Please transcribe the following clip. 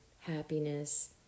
happiness